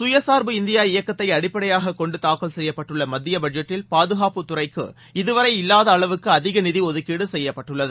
சுயசார்பு இந்தியா இயக்கத்தைஅடிப்படையாகக் கொண்டுதாக்கல் செய்யப்பட்டுள்ளமத்தியபட்ஜெட்டில் பாதுகாப்புத்துறைக்கு இதுவரை இல்வாதஅளவுக்குஅதிகநிதிஒதுக்கீடுசெய்யப்பட்டுள்ளது